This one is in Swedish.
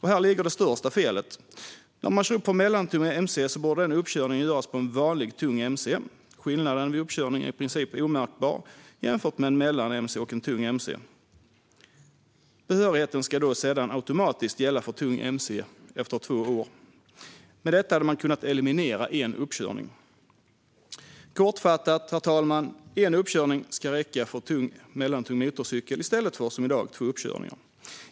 Här ligger det största felet. När någon kör upp för mellantung mc borde denna uppkörning göras på en vanlig, tung mc. Skillnaden vid uppkörning mellan en mellantung och en tung mc är i princip omärkbar. Behörigheten ska sedan automatiskt gälla för tung mc efter två år. På så vis hade man kunnat eliminera en uppkörning. Kortfattat, herr talman: En uppkörning ska räcka för tung eller mellantung motorcykel i stället för, som i dag, två uppkörningar.